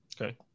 Okay